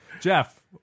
Jeff